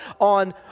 on